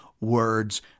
words